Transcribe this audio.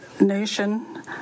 Nation